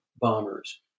bombers